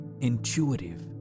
intuitive